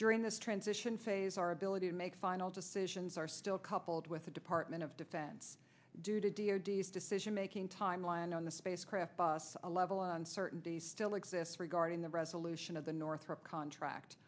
during this transition phase our ability to make final decisions are still coupled with the department of defense due to d o d s decision making timeline on the spacecraft bus a level uncertainty still exists regarding the resolution of the northrop contract